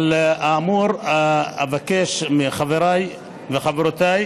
כאמור, אבקש מחבריי וחברותיי